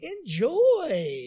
Enjoy